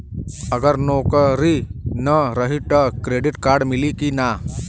अगर नौकरीन रही त क्रेडिट कार्ड मिली कि ना?